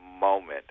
moment